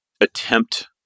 attempt